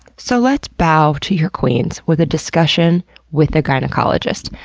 so let's bow to your queens with a discussion with a gynecologist.